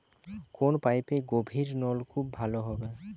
কোন পাইপে গভিরনলকুপ ভালো হবে?